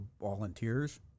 volunteers